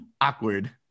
awkward